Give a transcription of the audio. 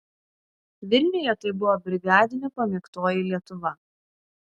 vilniuje tai buvo brigadinių pamėgtoji lietuva